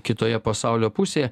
kitoje pasaulio pusėje